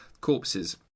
corpses